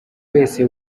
wese